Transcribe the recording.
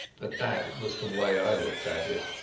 but that was the way i looked at it.